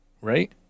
right